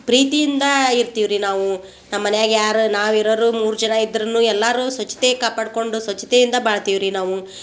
ಪ್ರೀತಿಯಿಂದ ಇರ್ತೀವಿ ರೀ ನಾವು ನಮ್ಮ ಮನೆಯಾಗೆ ಯಾರು ನಾವು ಇರೋರು ಮೂರು ಜನ ಇದ್ದರೂನು ಎಲ್ಲಾರೂ ಸ್ವಚ್ಛತೆ ಕಾಪಾಡ್ಕೊಂಡು ಸ್ವಚ್ಛತೆಯಿಂದ ಬಾಳ್ತೀವಿ ರೀ ನಾವು